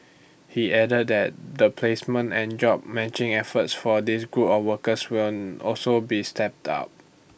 he added that the placement and job matching efforts for this group of workers will also be stepped out